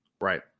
Right